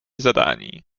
zadání